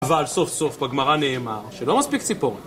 אבל סוף סוף בגמרא נאמר שלא מספיק ציפורן